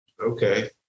Okay